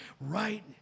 right